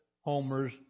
Homer's